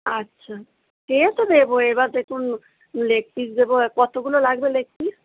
আচ্ছা সে তো দেবো এবার দেখুন লেগ পিস দেবো কতোগুলো লাগবে লেগ পিস